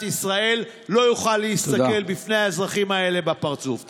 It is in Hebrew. ישראל לא יוכל להסתכל לאזרחים האלה בפרצוף.